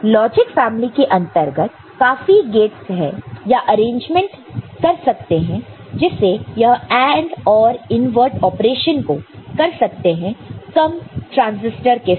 logic family के अंतर्गत काफी गेटस है या अरेंजमेंट कर सकते हैं जिससे यह AND OR इनवर्ट ऑपरेशन को कर सकते हैं कम ट्रांसिस्टर के साथ